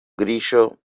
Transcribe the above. grillo